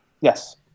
Yes